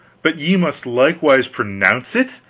but ye must likewise pronounce it?